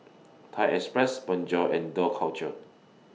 Thai Express Bonjour and Dough Culture